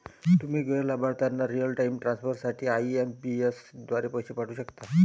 तुम्ही गैर लाभार्थ्यांना रिअल टाइम ट्रान्सफर साठी आई.एम.पी.एस द्वारे पैसे पाठवू शकता